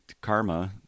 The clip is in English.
karma